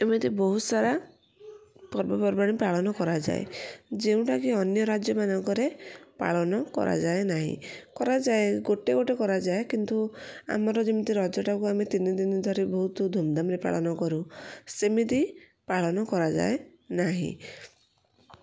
ଏମିତି ବହୁତ ସାରା ପର୍ବପର୍ବାଣି ପାଳନ କରାଯାଏ ଯେଉଁଟାକି ଅନ୍ୟ ରାଜ୍ୟ ମାନଙ୍କରେ ପାଳନ କରାଯାଏ ନାହିଁ କରାଯାଏ ଗୋଟେ ଗୋଟେ କରାଯାଏ କିନ୍ତୁ ଆମର ଯେମିତି ରଜଟାକୁ ଆମେ ତିନିଦିନ ଧରି ବହୁତ ଧୁମ୍ଧାମ୍ରେ ପାଳନ କରୁ ସେମିତି ପାଳନ କରାଯାଏ ନାହିଁ